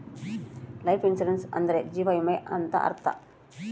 life insurance ಅಂದ್ರೆ ಜೀವ ವಿಮೆ ಅಂತ ಅರ್ಥ